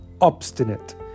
obstinate